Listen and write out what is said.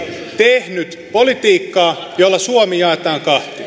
tehnyt politiikkaa jolla suomi jaetaan kahtia